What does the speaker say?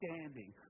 standing